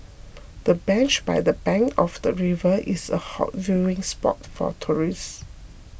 the bench by the bank of the river is a hot viewing spot for tourists